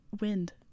wind